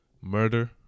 Murder